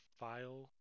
file